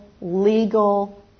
Legal